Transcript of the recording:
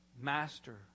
Master